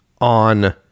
on